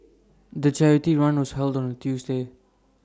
the charity run was held on A Tuesday